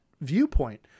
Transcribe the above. viewpoint